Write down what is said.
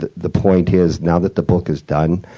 the the point is, now that the book is done